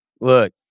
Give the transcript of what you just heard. Look